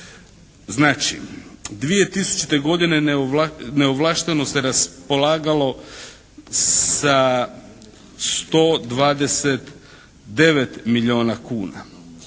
Znači, 2000. godine neovlašteno se raspolagalo sa 129 milijuna kuna.